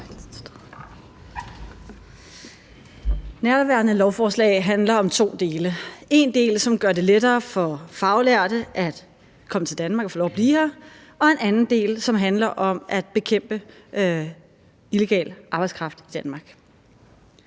Nærværende lovforslag har to dele. Den ene del gør det lettere for faglærte at komme til Danmark og få lov til at blive her, og den anden del handler om at bekæmpe illegal arbejdskraft i Danmark.